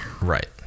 right